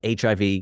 HIV